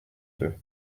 deux